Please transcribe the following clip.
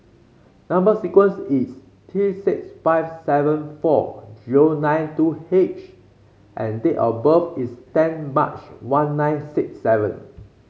number sequence is T six five seven four zero nine two H and date of birth is ten March one nine six seven